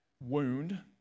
wound